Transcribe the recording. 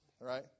right